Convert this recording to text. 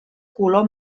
color